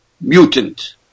mutant